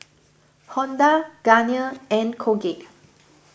Honda Garnier and Colgate